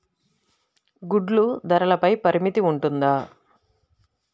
గుడ్లు ధరల పై పరిమితి ఉంటుందా?